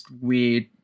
weird